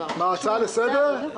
הצעה לסדר.